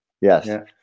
Yes